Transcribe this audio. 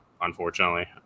unfortunately